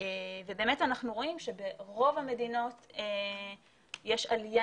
ובאמת אנחנו רואים שברוב המדינות יש עלייה